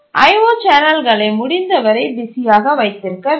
IO சேனல்களை முடிந்தவரை பிஸியாக வைத்திருக்க வேண்டும்